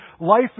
Life